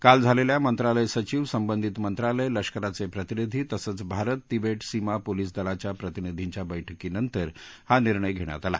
काल झालेल्या मंत्रालय सचिव संबंधितमंत्रालय लष्कराचे प्रतिनिधी तसचं भारत तिबेट सीमा पोलीस दलाच्या प्रतिनिधींच्या बैठकीनंतर हा निर्णय घेण्यात आला